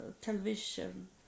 television